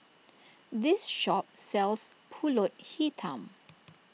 this shop sells Pulut Hitam